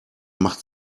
macht